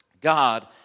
God